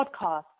podcast